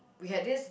we had this